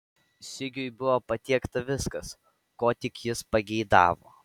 sigiui buvo patiekta viskas ko tik jis pageidavo